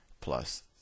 plus